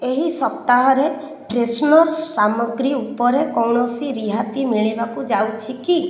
ଏହି ସପ୍ତାହରେ ଫ୍ରେଶନର୍ ସାମଗ୍ରୀ ଉପରେ କୌଣସି ରିହାତି ମିଳିବାକୁ ଯାଉଛି କି